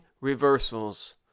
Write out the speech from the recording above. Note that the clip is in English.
reversals